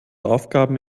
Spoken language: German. aufgaben